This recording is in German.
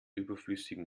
überflüssigen